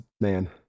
man